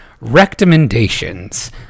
recommendations